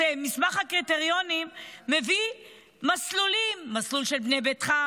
מסמך הקריטריונים מביא מסלולים: מסלול של בנה ביתך,